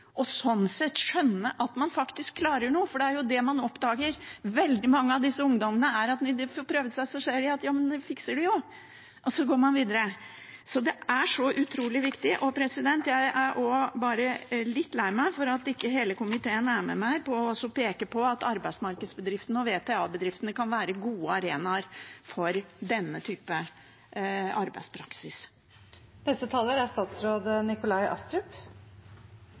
og sånn sett skjønne at man faktisk klarer noe. Det er det veldig mange av disse ungdommene oppdager, at når de får prøvd seg, så ser de at ja, men jeg fikser det jo, og så går man videre. Det er så utrolig viktig. Jeg er også bare litt lei meg for at ikke hele komiteen er med meg på å peke på at arbeidsmarkedsbedriftene og VTA-bedriftene kan være gode arenaer for denne type arbeidspraksis. Områdesatsingene skal bedre levekårene i utsatte områder rundt i landet. Satsingene er